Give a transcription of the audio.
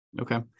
Okay